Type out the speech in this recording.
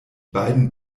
beiden